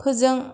फोजों